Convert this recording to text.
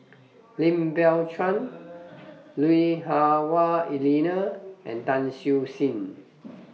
Lim Biow Chuan Lui Hah Wah Elena and Tan Siew Sin